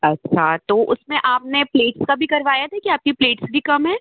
अच्छा तो उसमें आपने प्लेट्स का भी करवाया था कि आपकी प्लेट्स भी कम है